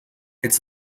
its